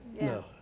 No